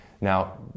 Now